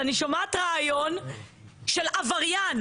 שומעת ראיון של עבריין,